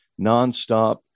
nonstop